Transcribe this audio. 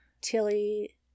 Tilly